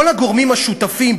כל הגורמים השותפים,